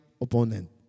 opponent